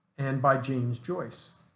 and by james joyce.